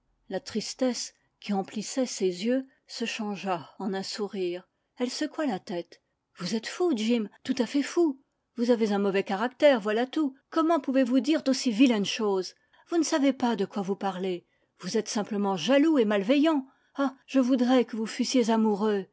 la tristesse qui emplissait ses yeux se changea en un sourire elle secoua la tête vous êtes fou jim tout à fait fou vous avez un mauvais caractère voilà tout gomment pouvez vous dire d'aussi vilaines choses vous ne savez pas de quoi vous parlez vous êtes simplement jaloux et malveillant ah je voudrais que vous fussiez amoureux